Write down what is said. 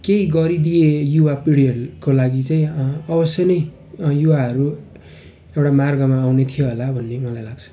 केही गरिदिए युवा पिँढीहरूको लागि चाहिँ अँ अवश्य नै युवाहरू एउटा मार्गमा आउने थियो होला भन्ने मलाई लाग्छ